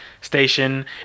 station